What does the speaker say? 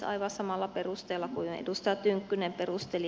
aivan samalla perusteella kuin edustaja tynkkynen perusteli